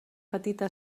petita